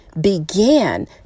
began